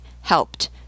helped